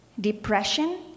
depression